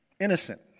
innocent